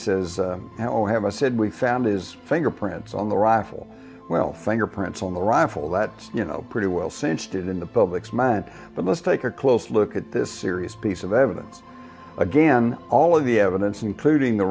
says how have i said we found his fingerprints on the rifle well fingerprints on the rifle that you know pretty well sensed it in the public's mind but let's take a close look at this serious piece of evidence again all of the evidence including the